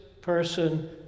person